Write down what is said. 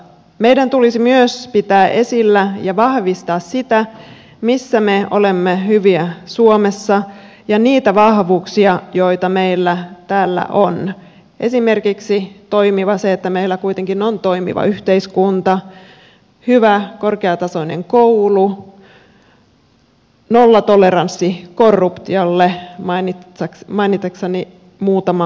meidän tulisi myös pitää esillä ja vahvistaa sitä missä me olemme hyviä suomessa ja niitä vahvuuksia joita meillä täällä on esimerkiksi se että meillä kuitenkin on toimiva yhteiskunta hyvä korkeatasoinen koulu nollatoleranssi korruptiolle mainitakseni muutaman vahvuuden